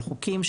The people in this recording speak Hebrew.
של חוקים,